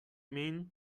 mean